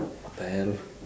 what the hell